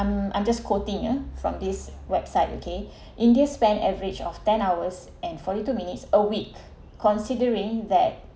um I'm just quoting from this website okay india spend average of ten hours and forty two minutes a week considering that